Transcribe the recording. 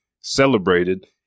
celebrated